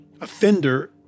offender